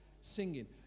singing